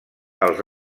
els